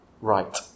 right